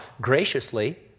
graciously